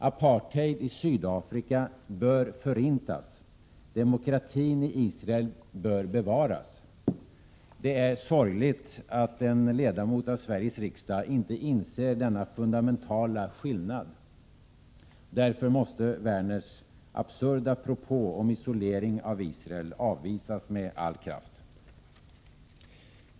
Apartheid i Sydafrika bör förintas, och demokratin i Israel bör bevaras. Det är sorgligt att en ledamot av Sveriges riksdag inte inser denna fundamentala skillnad. Därför måste Lars Werners absurda propå om isolering av Israel avvisas med all kraft.